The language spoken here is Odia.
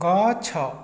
ଗଛ